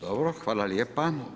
Dobro, hvala lijepa.